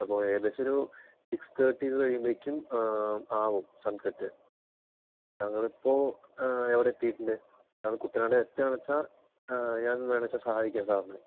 അപ്പോൾ ഏകദേശം ഒരു സിക്സ്തർട്ടി കഴിയുമ്പോഴേക്കും ആകും സൺസെറ്റ് താങ്കൾ ഇപ്പോൾ ആ എവിടെ എത്തിട്ടുണ്ട് കുട്ടനാട് എത്താണ് എന്നുവച്ചാൽ ഞാൻ വേണമെന്ന് വച്ചാൽ സഹായിക്കാം സാറിനെ